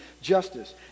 justice